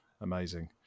amazing